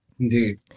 Indeed